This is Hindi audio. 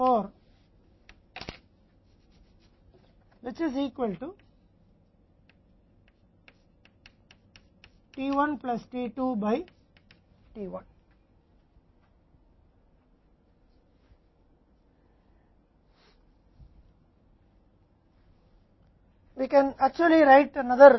हम वास्तव में एक और बात लिख सकते हैं